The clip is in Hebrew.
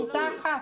לא, כיתה אחת.